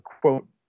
quote